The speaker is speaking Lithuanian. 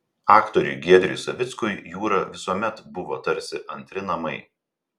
aktoriui giedriui savickui jūra visuomet buvo tarsi antri namai